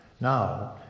Now